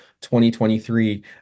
2023